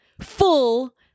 full